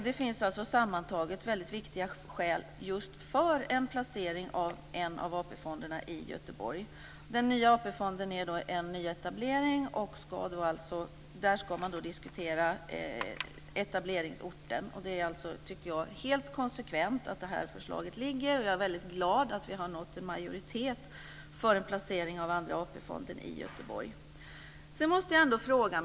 Det finns alltså sammantaget mycket viktiga skäl just för en placering av en av AP-fonderna i Göteborg. Den nya AP-fonden är en nyetablering, och där ska man då diskutera etableringsorten. Det är därför helt konsekvent att det här förslaget ligger, och jag är väldigt glad att vi har nått en majoritet för en placering av Andra AP-fonden i Göteborg.